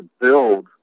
build